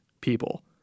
people